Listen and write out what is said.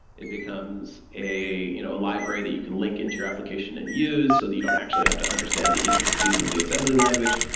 it becomes a you know library that you can link into your application and use so that you don't actually have to understand the intricacies of the assembly language.